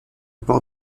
port